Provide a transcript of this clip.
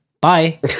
bye